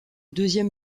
deuxième